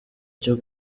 cyo